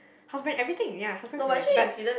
house everything ya house brand for that but